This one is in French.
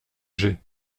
j’ai